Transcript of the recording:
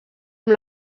amb